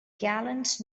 gallant